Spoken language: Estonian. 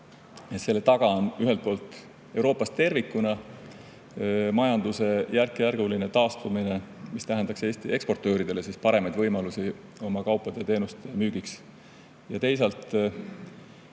Selle taga on ühelt poolt Euroopas tervikuna majanduse järkjärguline taastumine, mis tähendab Eesti eksportööridele paremaid võimalusi oma kaupade ja teenuste müügiks. Ja teisalt